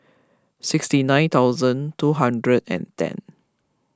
sixty nine thousand two hundred and ten